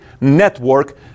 network